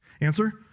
Answer